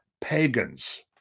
pagans